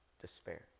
despair